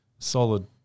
Solid